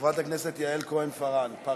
חברת הכנסת יעל כהן-פארן.